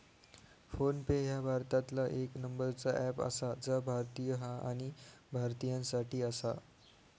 phone पे ह्या भारतातला येक नंबरचा अँप आसा जा भारतीय हा आणि भारतीयांसाठी आसा